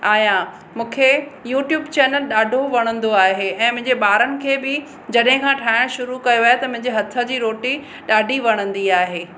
आहियां मूंखे YouTube channel ॾाढो वणंदो आहे ऐं मुंहिंजे ॿारनि खे बि जॾहिं खां ठाहिणु शुरू कयो आहे त मुंहिंजे हथ जी रोटी ॾाढी वणंदी आहे